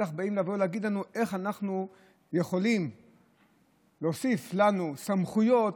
בטח באים להגיד לנו איך אנחנו יכולים להוסיף לנו סמכויות,